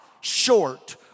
short